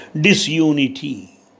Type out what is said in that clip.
disunity